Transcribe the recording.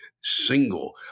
single